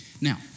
Now